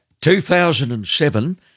2007